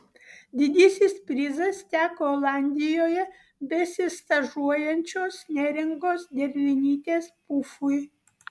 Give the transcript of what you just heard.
didysis prizas teko olandijoje besistažuojančios neringos dervinytės pufui